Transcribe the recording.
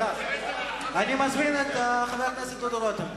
אני מזמין את חבר הכנסת דוד רותם.